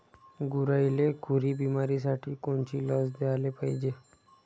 गुरांइले खुरी बिमारीसाठी कोनची लस द्याले पायजे?